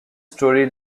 story